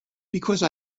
because